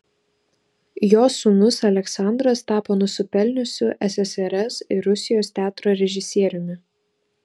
jo sūnus aleksandras tapo nusipelniusiu ssrs ir rusijos teatro režisieriumi